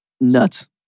Nuts